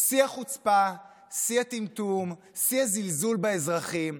שיא החוצפה, שיא הטמטום, שיא הזלזול באזרחים,